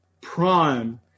prime